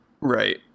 Right